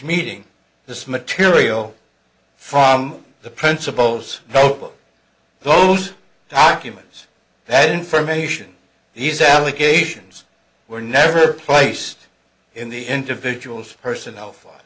meeting this material from the principals notebook those documents that information these allegations were never placed in the individual's personnel f